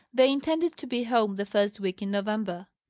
they intended to be home the first week in november.